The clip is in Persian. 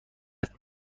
است